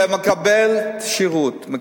הוא מקבל שירות.